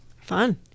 Fun